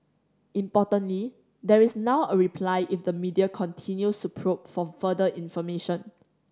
importantly there is now a reply if the media continues to probe for further information